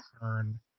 turn